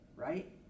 right